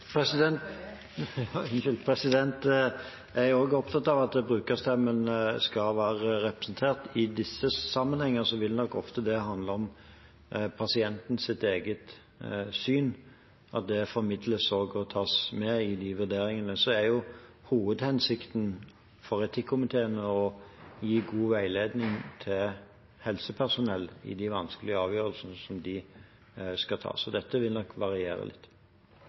disse sammenhengene vil nok det ofte handle om at pasientens eget syn formidles og tas med i vurderingene. Hovedhensikten for etikkomiteene er å gi god veiledning til helsepersonell i de vanskelige avgjørelsene som de skal ta, så dette vil nok variere litt.